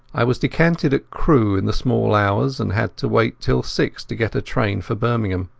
i was decanted at crewe in the small hours and had to wait till six to get a train for birmingham.